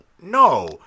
no